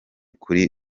kuri